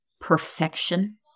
perfection